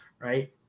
right